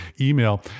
email